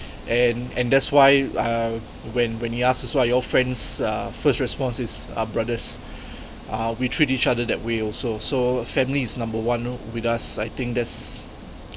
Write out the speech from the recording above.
and and that's why uh when when he asked also are you all friends uh first response is we are brothers uh we treat each other that way also so family is number one with us I think that's